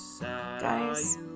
Guys